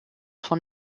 von